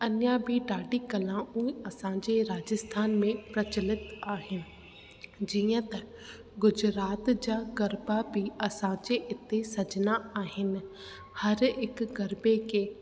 अञा बि ॾाढी कलाऊं असांजे राजस्थान में प्रचलित आहिनि जीअं त गुजरात जा गरबा बि असांजे इते सजंदा आहिनि हर हिकु गरबे खे